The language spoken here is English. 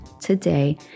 today